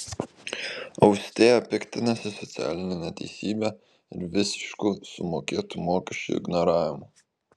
austėja piktinasi socialine neteisybe ir visišku sumokėtų mokesčių ignoravimu